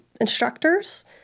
instructors